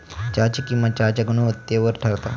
चहाची किंमत चहाच्या गुणवत्तेवर ठरता